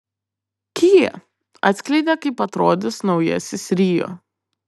kia atskleidė kaip atrodys naujasis rio